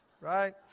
right